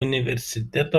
universiteto